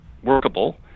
Workable